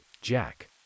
Jack